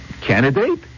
candidate